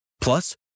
Plus